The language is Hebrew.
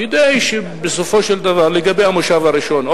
כדי שבסופו של דבר לגבי המושב הראשון,